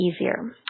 easier